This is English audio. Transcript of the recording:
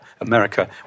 America